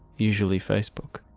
usually facebook.